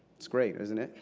it's great isn't it?